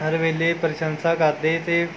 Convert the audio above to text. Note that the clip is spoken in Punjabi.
ਹਰ ਵੇਲ਼ੇ ਪ੍ਰਸੰਸਾ ਕਰਦੇ ਅਤੇ